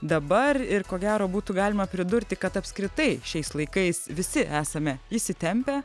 dabar ir ko gero būtų galima pridurti kad apskritai šiais laikais visi esame įsitempę